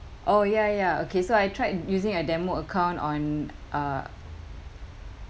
oh ya ya okay so I tried using a demo account on uh